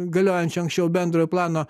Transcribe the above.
galiojančio anksčiau bendrojo plano